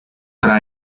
tra